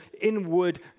inward